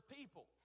people